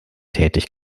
tätig